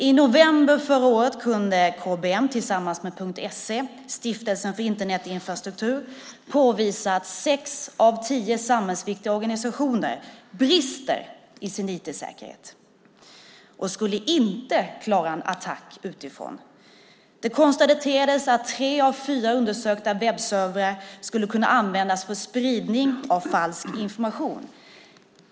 I november förra året kunde KBM tillsammans med .SE, Stiftelsen för Internetinfrastruktur, påvisa att sex av tio samhällsviktiga organisationer brister i sin IT-säkerhet och inte skulle klara en attack utifrån. Det konstaterades att tre av fyra undersökta webbservrar skulle kunna användas för spridning av falsk information.